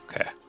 Okay